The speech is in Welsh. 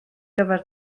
gyfer